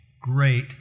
great